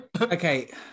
Okay